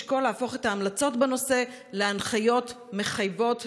לשקול להפוך את ההמלצות בנושא להנחיות מחייבות,